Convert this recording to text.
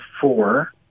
four